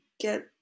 get